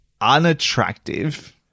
unattractive